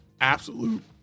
absolute